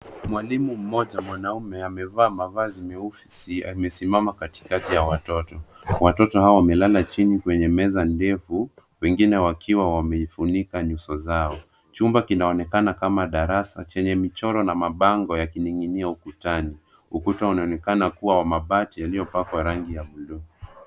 Mwalimu mmoja mwanaume amevaa mavazi meusi amesimama katikati ya watoto. Watoto hao wamelala chini kwenye meza ndefu, wengine wakiwa wameifunika nyuso zao. Chumba kinaonekana kama darasa, chenye michoro na mabango yakining'inia ukutani. Ukuta unaonekana kuwa wa mabati yaliyopakwa rangi ya buluu.